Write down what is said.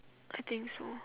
I think so